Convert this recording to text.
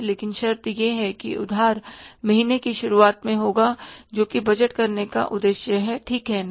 लेकिन शर्त यह है कि उधार महीने की शुरुआत में होगा जो कि बजट करने का उद्देश्य है ठीक है ना